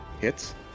hits